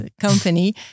company